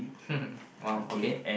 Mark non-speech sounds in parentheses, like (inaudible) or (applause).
(laughs) !wow! okay